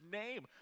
name